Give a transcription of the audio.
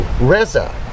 Reza